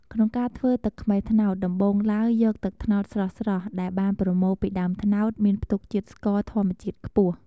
ក្នុងការធ្វើទឹកខ្មេះត្នោត ដំបូងឡើយ យកទឹកត្នោតស្រស់ៗដែលបានប្រមូលពីដើមត្នោត មានផ្ទុកជាតិស្ករធម្មជាតិខ្ពស់។